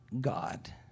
God